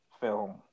film